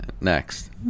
Next